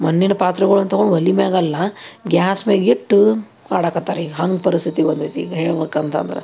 ಮಣ್ಣಿನ ಪಾತ್ರೆಗಳನ್ನ ತಗೊಂಡು ಒಲೆ ಮ್ಯಾಗಲ್ಲ ಗ್ಯಾಸ್ ಮೇಲೆ ಇಟ್ಟು ಮಾಡಾಕತ್ತಾರ ಈಗ ಹಂಗೆ ಪರಿಸ್ಥಿತಿ ಬಂದೈತಿ ಈಗ ಹೇಳ್ಬೇಕು ಅಂತ ಅಂದ್ರೆ